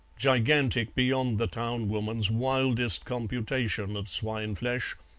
gigantic beyond the town-woman's wildest computation of swine-flesh,